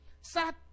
sat